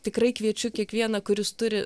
tikrai kviečiu kiekvieną kuris turi